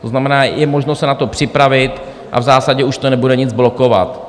To znamená, je možno se na to připravit a v zásadě už to nebude nic blokovat.